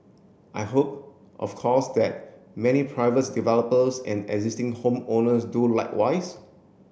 I hope of course that many privates developers and existing home owners do likewise